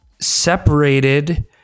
separated